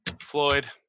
Floyd